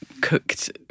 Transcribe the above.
cooked